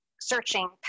searching